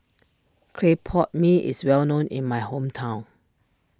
Clay Pot Mee is well known in my hometown